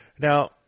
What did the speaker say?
Now